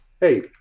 hey